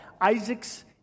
Isaac's